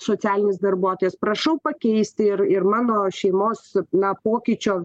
socialiniais darbuotojais prašau pakeisti ir ir mano šeimos na pokyčio